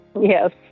Yes